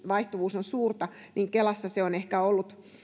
vaihtuvuus on suurta on kelassa ehkä ollut